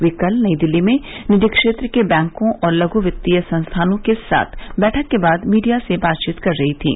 ये कल नई दिल्ली में निजी क्षेत्र के बैंकों और लघू वित्तीय संस्थानों के साथ बैठक के बाद मीडिया से बात कर रही थीं